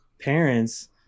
parents